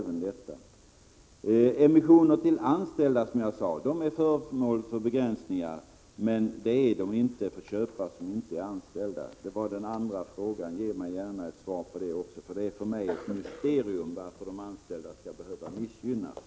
Den andra orättvisan är, som jag sade, att emissioner till anställda är föremål för begränsningar som inte gäller för köpare som inte är anställda i företaget. Ge mig gärna ett svar på varför de anställda skall behöva missgynnas. För mig är det ett mysterium.